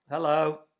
Hello